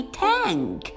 tank